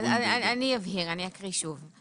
אני אקריא שוב.